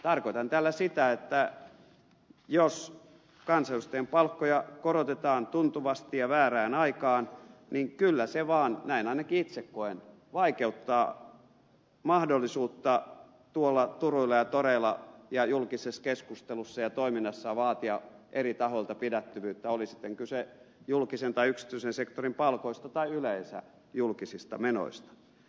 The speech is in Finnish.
tarkoitan tällä sitä että jos kansanedustajien palkkoja korotetaan tuntuvasti ja väärään aikaan niin kyllä se vaan näin ainakin itse koen vaikeuttaa mahdollisuutta tuolla turuilla ja toreilla ja julkisessa keskustelussa ja toiminnassa vaatia eri tahoilta pidättyvyyttä oli sitten kyse julkisen tai yksityisen sektorin palkoista tai yleensä julkisista menoista